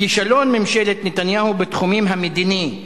כישלון ממשלת נתניהו בתחומים המדיני,